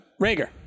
Rager